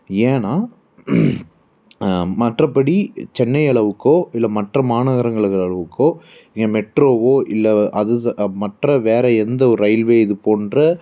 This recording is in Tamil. ஏன்னால் மற்றப்படி சென்னை அளவுக்கோ இல்லை மற்ற மாநகரங்களுக்கு அளவுக்கோ இங்கே மெட்ரோவோ இல்லை அது மற்ற வேறு எந்த ஒரு ரயில்வே இது போன்ற